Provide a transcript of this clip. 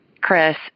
Chris